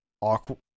awkward